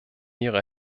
ihre